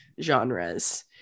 genres